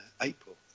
April